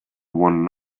won